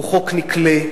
הוא חוק נקלה,